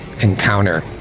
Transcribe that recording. encounter